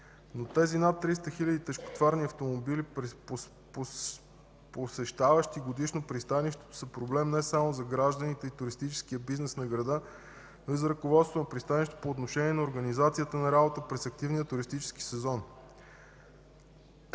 Но тези над 300 хил. тежкотоварни автомобили, посещаващи годишно пристанището, са проблем не само за гражданите и туристическия бизнес на града, но и за ръководството на пристанището по отношение на организацията на работа през активния туристически сезон,